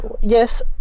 Yes